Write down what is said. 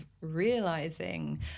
realizing